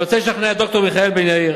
אני רוצה לשכנע את ד"ר מיכאל בן-ארי,